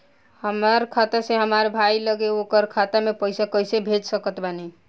हमार खाता से हमार भाई लगे ओकर खाता मे पईसा कईसे भेज सकत बानी?